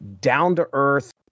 down-to-earth